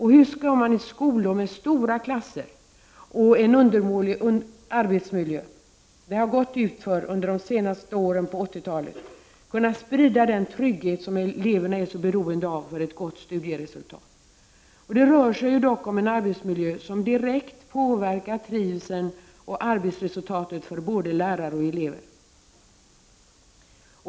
Hur skall man i skolor med stora klasser och undermåliga arbetsmiljöer — det har gått utför under de senaste åren av 80-talet — kunna sprida den trygghet som eleverna är så beroende av för ett gott studieresultat? Det rör sig dock om en arbetsmiljö som direkt påverkar trivseln och arbetsresultatet för både lärare och elever.